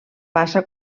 passa